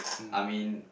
I mean